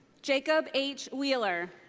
jacob h. wheeler.